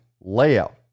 layout